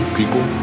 people